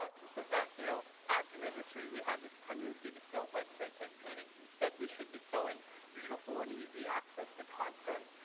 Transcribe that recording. ah he says that you know as an industry we have this tendency to sell websites like paintings, instead we should be selling beautiful and easy access to content,